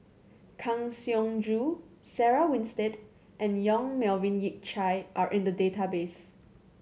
Kang Siong Joo Sarah Winstedt and Yong Melvin Yik Chye are in the database